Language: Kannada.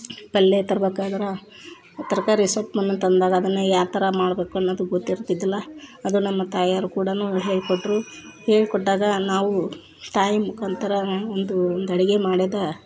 ಪಲ್ಲೆ ತರ್ಬೇಕಾದ್ರೆ ತರಕಾರಿ ಸೊಪ್ಪನ್ನು ತಂದಾಗ ಅದನ್ನು ಯಾವ ಥರ ಮಾಡ್ಬೇಕ್ ಅನ್ನೋದು ಗೊತ್ತಿರ್ತಿದ್ದಿಲ್ಲ ಅದು ನಮ್ಮ ತಾಯಿಯೋರು ಕೂಡಾನು ಹೇಳಿಕೊಟ್ರು ಹೇಳಿಕೊಟ್ಟಾಗ ನಾವು ತಾಯಿ ಮುಖಾಂತ್ರ ಒಂದು ಒಂದು ಅಡುಗೆ ಮಾಡೋದು